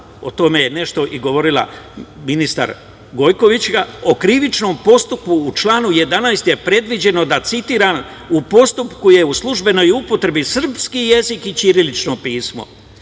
o tome je nešto govorila i ministar Gojkovićka, o Krivičnom postupku, u članu 11. je predviđeno, citiram – u postupku je u služenoj upotrebi srpski jezik i ćirilično pismo,